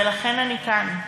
ולכן אני כאן.